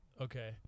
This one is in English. Okay